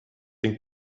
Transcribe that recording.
den